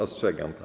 Ostrzegam pana.